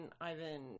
Ivan